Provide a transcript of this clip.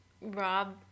Rob